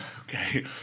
Okay